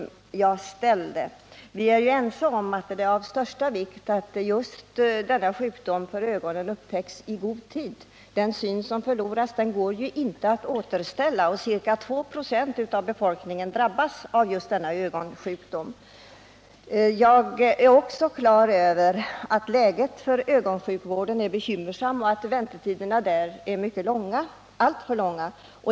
Statsrådet Lindahl och jag är dock överens om att det är av största vikt att denna ögonsjukdom upptäcks i god tid, eftersom den syn som förlorats inte går att återställa. Ca 2 96 av befolkningen drabbas av just denna sjukdom. Jag är på det klara med att läget för ögonsjukvården är bekymmersamt och att väntetiderna där är alltför långa.